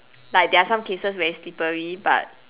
like there are some cases where it's slippery but